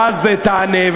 ואז תענה,